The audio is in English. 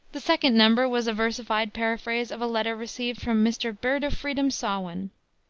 the second number was a versified paraphrase of a letter received from mr. birdofredom sawin,